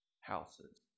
houses